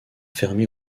fermé